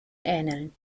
ähneln